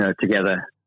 together